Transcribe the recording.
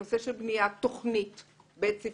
הנושא של בניית תוכנית בית-ספרית,